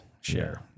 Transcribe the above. share